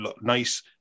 nice